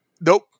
Nope